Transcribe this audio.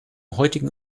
heutigen